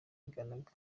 biganaga